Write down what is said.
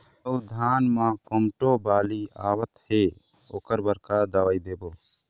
अऊ धान म कोमटो बाली आवत हे ओकर बर का दवई देबो?